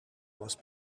was